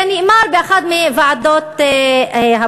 זה נאמר באחת מישיבות ועדת הפנים.